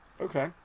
Okay